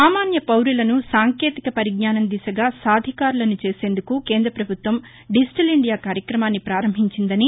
సామాన్య పౌరులను సాంకేతిక పరిజ్ఞానం దిశగా సాధికారులను చేసేందుకు కేంద పభుత్వం దిజిటల్ ఇండియా కార్యక్రమాన్ని ప్రారంభించిందని